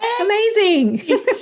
Amazing